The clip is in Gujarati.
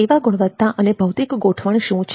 સેવા ગુણવત્તા અને ભૌતિક ગોઠવણ શું છે